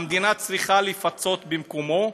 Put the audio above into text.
המדינה צריכה לפצות במקומו.